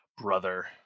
brother